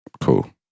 Cool